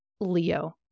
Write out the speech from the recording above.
Leo